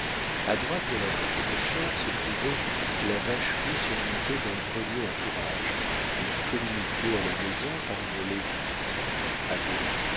a droite de la porte cochère se trouvait la vacherie surmontée d'un grenier à fourrages et qui communiquait à la maison par une laiterie a gauche